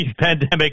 pandemic